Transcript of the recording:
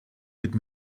mit